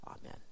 Amen